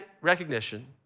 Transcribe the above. recognition